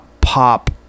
pop